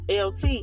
LT